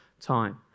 time